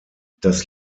das